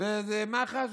עם מוגבלות.